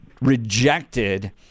rejected